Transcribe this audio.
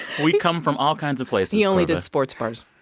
we come from all kinds of places he only did a sports bars